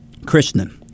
Krishnan